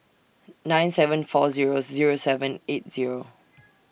nine seven four Zero Zero seven eight Zero